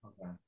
Okay